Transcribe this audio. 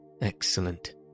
Excellent